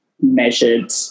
measured